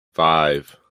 five